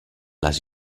les